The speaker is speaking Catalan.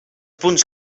punts